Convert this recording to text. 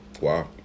Wow